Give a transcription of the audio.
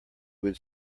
would